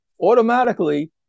automatically